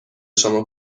شما